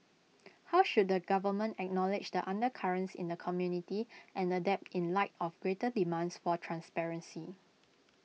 how should the government acknowledge the undercurrents in the community and adapt in light of greater demands for transparency